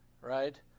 right